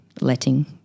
letting